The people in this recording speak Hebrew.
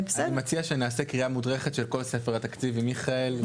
אני מציע שנעשה קריאה מודרכת של כל ספר התקציב עם מיכאל,